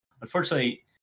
unfortunately